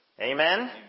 Amen